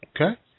Okay